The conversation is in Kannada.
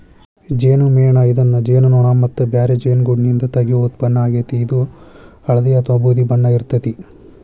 ಜೇನುಮೇಣ ಇದನ್ನ ಜೇನುನೋಣ ಮತ್ತ ಬ್ಯಾರೆ ಜೇನುಗೂಡ್ನಿಂದ ತಗಿಯೋ ಉತ್ಪನ್ನ ಆಗೇತಿ, ಇದು ಹಳ್ದಿ ಅತ್ವಾ ಬೂದಿ ಬಣ್ಣ ಇರ್ತೇತಿ